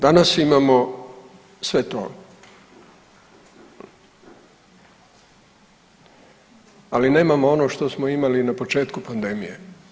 Danas imamo sve to, ali nemamo ono što smo imali na početku pandemije.